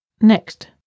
Next